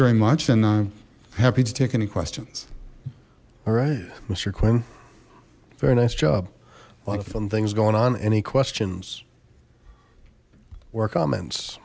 very much and i'm happy to take any questions alright mister quinn very nice job a lot of fun things going on any questions were comments